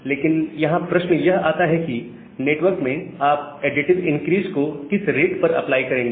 लेकिन यहां प्रश्न यह आता है कि नेटवर्क में आप एडिटिव इंक्रीज को किस रेट पर अप्लाई करेंगे